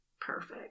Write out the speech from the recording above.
perfect